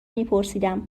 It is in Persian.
میپرسیدم